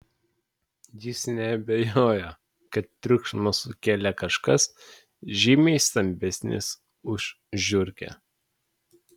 jis neabejojo kad triukšmą sukėlė kažkas žymiai stambesnis už žiurkę